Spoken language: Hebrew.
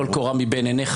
טול קורה מבין עיניך,